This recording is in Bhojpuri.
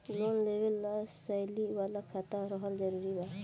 लोन लेवे ला सैलरी वाला खाता रहल जरूरी बा?